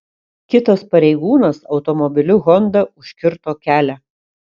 kitas pareigūnas automobiliu honda užkirto kelią